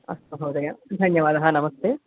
अस्तु मदोदय धन्यवादः नमस्ते